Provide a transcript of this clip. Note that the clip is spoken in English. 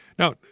Now